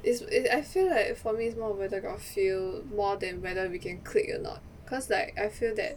is is I feel like for me it's more of whether got feel more than whether we can click or not cause like I feel that